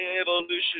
Evolution